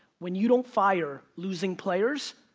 when you don't fire losing players,